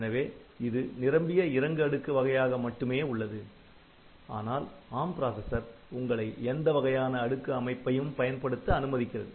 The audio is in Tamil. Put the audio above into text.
எனவே இது 'நிரம்பிய இறங்கு அடுக்கு' வகையாக மட்டுமே உள்ளது ஆனால் ARM பிராசஸர் உங்களை எந்த வகையான அடுக்கு அமைப்பையும் பயன்படுத்த அனுமதிக்கிறது